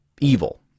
evil